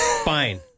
fine